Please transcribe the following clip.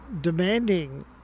demanding